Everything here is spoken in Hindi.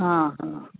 हाँ हाँ